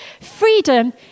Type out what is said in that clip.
Freedom